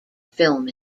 film